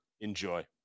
Enjoy